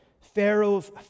Pharaoh's